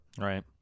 Right